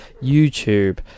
YouTube